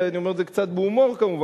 אני אומר את זה קצת בהומור כמובן,